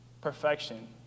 perfection